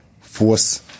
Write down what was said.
force